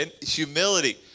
humility